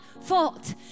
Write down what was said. fault